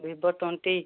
Vivo twenty